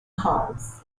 hertz